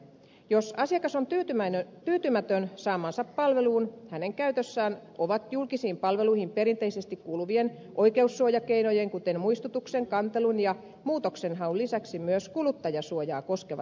jos asiakas on tyytymätön saamaansa palveluun hänen käytössään ovat julkisiin palveluihin perinteisesti kuuluvien oikeussuojakeinojen kuten muistutuksen kantelun ja muutoksenhaun lisäksi myös kuluttajasuojaa koskevat periaatteet